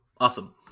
Awesome